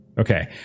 Okay